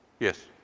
Yes